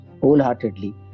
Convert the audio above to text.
wholeheartedly